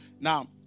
Now